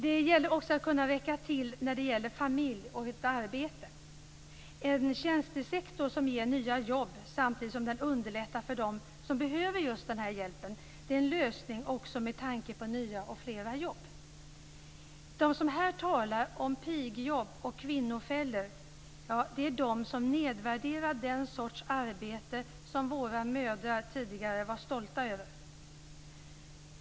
Det gäller också att kunna räcka till när det gäller familj och arbete. En tjänstesektor som ger nya jobb, samtidigt som den underlättar för dem som behöver just denna hjälp, är en lösning också med tanke på nya och flera jobb. De som här talar om pigjobb och kvinnofällor är de som nedvärderar den sorts arbete som våra mödrar tidigare var stolta över.